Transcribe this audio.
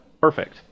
perfect